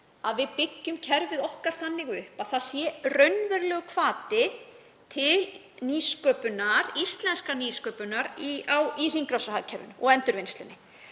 að við byggjum kerfið okkar þannig upp að það sé raunverulegur hvati til nýsköpunar, íslenskrar nýsköpunar, í hringrásarhagkerfinu og endurvinnslunni.